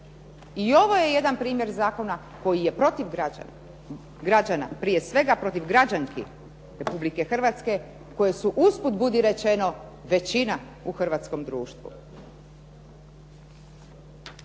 I ovo je jedan primjer zakona koji je protiv građana, prije svega protiv građanki Republike Hrvatske koje su, usput budi rečeno, većina u hrvatskom društvu.